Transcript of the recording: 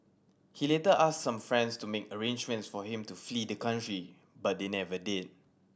he later asked some friends to make arrangements for him to flee the country but they never did